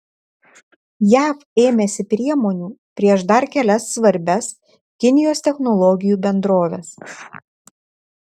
jav ėmėsi priemonių prieš dar kelias svarbias kinijos technologijų bendroves